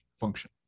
function